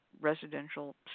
residential